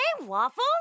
Waffle